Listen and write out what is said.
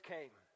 Came